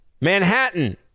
Manhattan